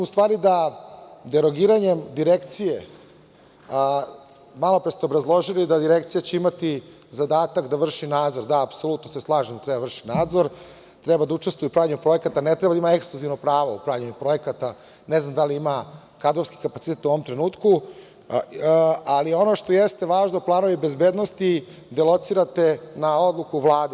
U stvari, mislim da derogiranjem Direkcije, malopre ste obrazložili da će Direkcija imati zadatak da vrši nadzor, apsolutno se slažem da vrši nadzor, treba da učestvuje u pravljenju projekata, ne treba da ima ekskluzivno pravo u pravljenju projekata, ne znam da li ima kadrovski kapacitet u ovom trenutku, ali ono što jeste važno, planovi bezbednosti, gde locirate na odluku Vlade.